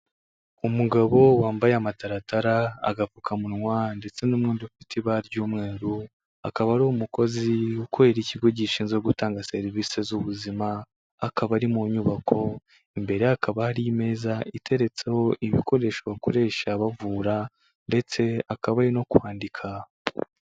Umugabo wambaye amataratara, agapfukamunwa ndetse n'umwenda ufite ibara ry'umweru, akaba ari umukozi ukorera ikigo gishinzwe gutanga serivise z'ubuzima akaba ari mu nyubako, imbere ye hakaba hari meza iteretseho ibikoresho bakoresha bavura ndetse akaba ari no kwandika.